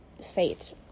fate